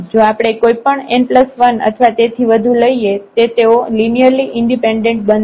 જો આપણે કોઈ પણ n1 અથવા તેથી વધુ લઈએ તે તેઓ લિનિયરલી ઈન્ડિપેન્ડેન્ટ બનશે